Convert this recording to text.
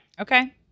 Okay